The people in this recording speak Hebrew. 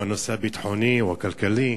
הוא הנושא הביטחוני או הכלכלי.